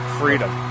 freedom